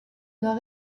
nord